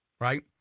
right